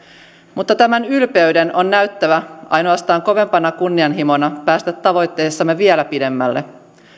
mutta tämän ylpeyden on näyttävä ainoastaan kovempana kunnianhimona päästä tavoitteessamme vielä pidemmälle